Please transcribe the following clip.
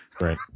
Right